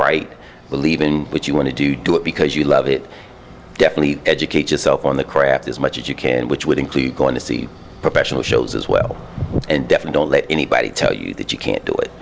right believe in what you want to do do it because you love it definitely educate yourself on the craft as much as you can which would include going to see professional shows as well and deaf and don't let anybody tell you that you can't do it